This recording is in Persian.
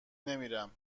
نمیرم